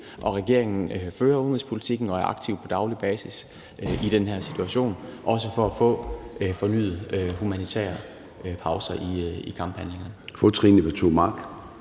og regeringen fører udenrigspolitikken, og den er i den her situation på daglig basis aktiv, også for at få fornyede humanitære pauser i kamphandlingerne.